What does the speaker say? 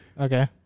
Okay